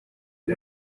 ani